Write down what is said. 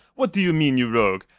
what do you mean, you rogue?